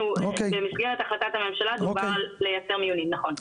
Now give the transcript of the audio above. במסגרת החלטת הממשלה, דובר על לייצר מיונים, נכון.